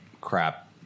crap